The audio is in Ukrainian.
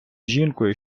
жінкою